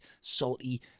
Salty